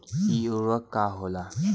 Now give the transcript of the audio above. इ उर्वरक का होला?